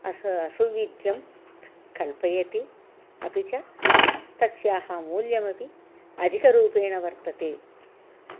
अस् सौविध्यं कल्पयति अपि च तस्याः मूल्यमपि अधिकरूपेण वर्तते